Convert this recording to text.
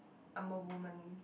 I'm a woman